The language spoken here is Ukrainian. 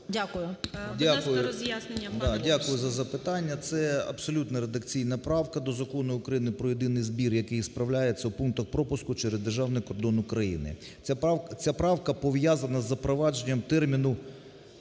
О.Ю. Дякую за запитання. Це абсолютно редакційна правка до Закону України "Про єдиний збір, який справляється у пунктах пропуску через державний кордон України". Ця правка пов'язана із запровадженням терміну,